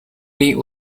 meat